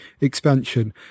expansion